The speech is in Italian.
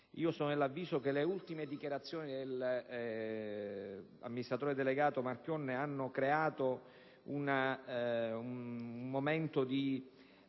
Sono dell'avviso che le ultime dichiarazioni dell'amministratore delegato Marchionne abbiano creato un momento di